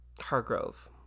Hargrove